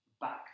back